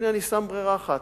הנה, אני שם ברירה אחת: